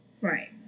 Right